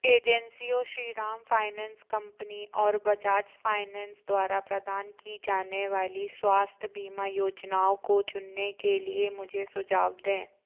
एजेंसियों Shriram finance company और Bajaj finance द्वारा प्रदान की जाने वाली स्वास्थ्य बीमा योजनाओं को चुनने के लिए मुझे सुझाव दें